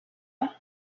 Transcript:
and